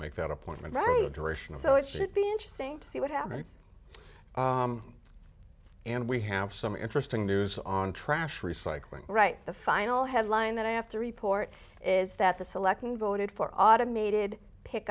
make that appointment road duration so it should be interesting to see what happens and we have some interesting news on trash recycling right the final headline that i have to report is that the selectmen voted for automated pick